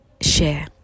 share